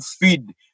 feed